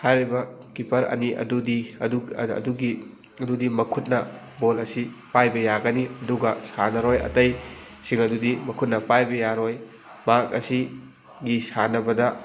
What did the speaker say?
ꯍꯥꯏꯔꯤꯕ ꯀꯤꯞꯄꯔ ꯑꯅꯤ ꯑꯗꯨꯗꯤ ꯑꯗꯨꯒꯤ ꯑꯗꯨꯗꯤ ꯃꯈꯨꯠꯅ ꯕꯣꯜ ꯑꯁꯤ ꯄꯥꯏꯕ ꯌꯥꯒꯅꯤ ꯑꯗꯨꯒ ꯁꯥꯟꯅꯔꯣꯏ ꯑꯇꯩꯁꯤꯡ ꯑꯗꯨꯗꯤ ꯃꯈꯨꯠꯅ ꯄꯥꯏꯕ ꯌꯥꯔꯣꯏ ꯃꯍꯥꯛ ꯑꯁꯤꯒꯤ ꯁꯥꯟꯅꯕꯗ